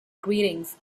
greetings